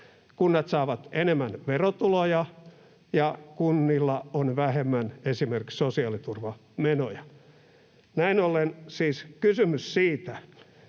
Kunnat saavat enemmän verotuloja ja kunnilla on vähemmän esimerkiksi sosiaaliturvamenoja. Näin ollen siis kysymyksessä siitä,